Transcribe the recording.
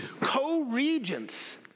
co-regents